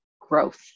growth